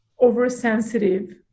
oversensitive